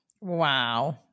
Wow